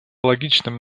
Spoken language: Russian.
логичным